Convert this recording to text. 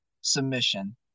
submission